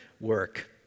work